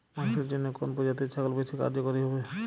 মাংসের জন্য কোন প্রজাতির ছাগল বেশি কার্যকরী হবে?